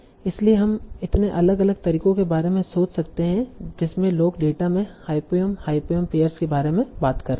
इसलिए हम इतने अलग अलग तरीकों के बारे में सोच सकते हैं जिसमें लोग डेटा में हायपोंयम हायपोंयम पेअर के बारे में बात कर सकते हैं